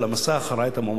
ראה את המועמדים שלו,